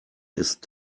ist